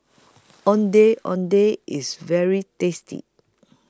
Ondeh Ondeh IS very tasty